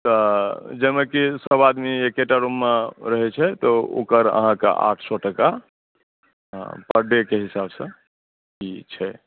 तऽ जाहिमे कि सब आदमी एके टा रूम मे रहै छै तऽ ओकर अहाँकेॅं आठ सए टाका पर डे के हिसाब सँ फी छै